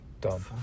dumb